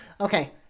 Okay